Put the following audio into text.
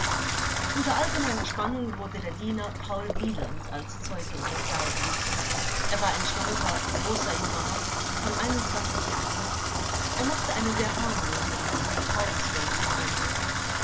unter allgemeiner spannung wurde der diener paul wieland als zeuge in den saal gerufen er war ein schlanker großer junger mann von einem zwanzig jahren er machte einen sehr harmlosen und vertrauenswürdigen eindruck